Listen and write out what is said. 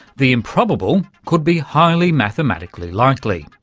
the improbable could be highly mathematically likely.